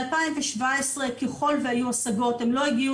ב-2017 ככל והיו השגות הן לא הגיעו